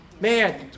Man